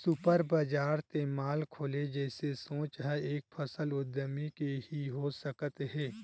super बजार ते mall खोले जइसे सोच ह एक सफल उद्यमी के ही हो सकत हे